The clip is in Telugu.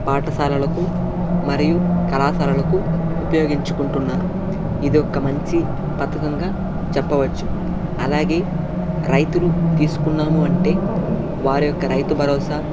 పాఠశాలలకు మరియు కళాశాలలకు ఉపయోగించుకుంటున్నారు ఇది ఒక మంచి పథకంగా చెప్పవచ్చు అలాగే రైతులు తీసుకున్నాము అంటే వారి యొక్క రైతు భరోసా